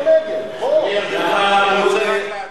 אני קורא את חברי הכנסת לסדר.